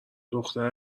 دختر